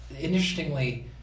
interestingly